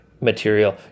material